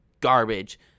garbage